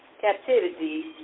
captivity